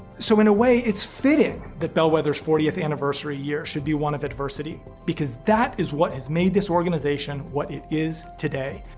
so in a way, it's fitting that bellwether's fortieth anniversary year should be one of adversity because that is what has made this organization what it is today.